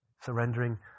Surrendering